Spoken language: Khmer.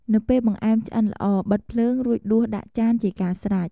នៅពេលបង្អែមឆ្អិនល្អ បិទភ្លើង រួចដួសដាក់ចានជាការស្រេច។